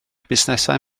busnesau